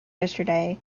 yesterday